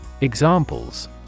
Examples